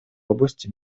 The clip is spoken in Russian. области